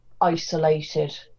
isolated